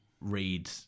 read